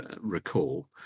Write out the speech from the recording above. recall